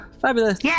Fabulous